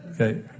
Okay